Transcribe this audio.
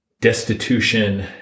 destitution